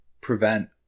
prevent